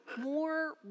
more